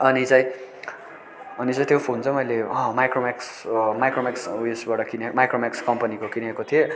अनि चाहिँ अनि चाहिँ त्यो फोन चाहिँ मैले माइक्रोमेक्स माइक्रोमेक्स उयसबाट किनेको माइक्रोमेक्स कम्पनीको किनेको थिएँ